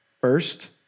First